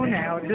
now